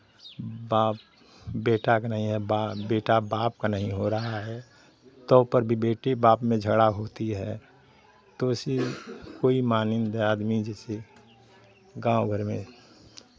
बाप बेटा का नहीं है बेटा बाप का नहीं हो रहा है तो पर भी बेटी बाप में झगड़ा होती है तो ऐसी कोई मानिंद आदमी जैसे गाँव घर में